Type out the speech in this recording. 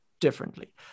differently